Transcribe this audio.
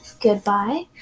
goodbye